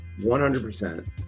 100